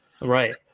Right